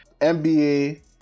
NBA